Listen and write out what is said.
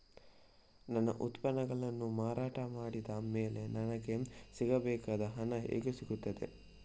ನನ್ನ ಉತ್ಪನ್ನಗಳನ್ನು ಮಾರಾಟ ಮಾಡಿದ ಮೇಲೆ ನನಗೆ ಸಿಗಬೇಕಾದ ಹಣ ಹೇಗೆ ಸಿಗುತ್ತದೆ?